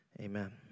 amen